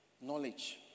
knowledge